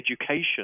education